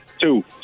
two